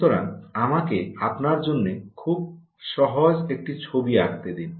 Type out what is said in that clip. সুতরাং আমাকে আপনার জন্য খুব সহজ একটি ছবি আঁকতে দিন